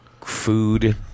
food